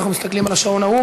אנחנו מסתכלים על השעון ההוא,